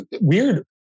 weird